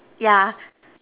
yeah